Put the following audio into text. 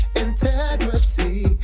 Integrity